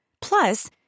Plus